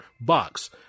box